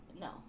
no